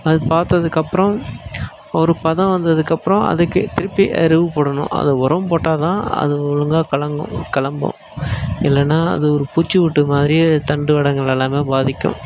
அது பார்த்ததுக்கு அப்புறோம் ஒரு பதம் வந்ததுக்கு அப்புறோம் அதுக்கு திருப்பி எருவு போடணும் அது உரோம் போட்டால் தான் அது ஒழுங்காக களங்கும் கிளம்பும் இல்லைன்னா அது ஒரு பூச்சி வட்டு மாதிரி அது தண்டு வடங்கள் எல்லாமே பாதிக்கும்